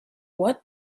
what